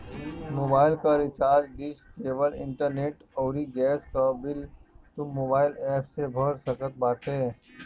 mobile कअ recharge, dish, cable, internet अउरी gas कअ बिल तू मोबाइल एप्प से भर सकत बाटअ